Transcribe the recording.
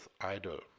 idle